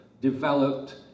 developed